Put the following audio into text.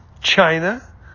China